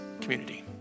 community